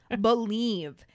believe